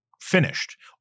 finished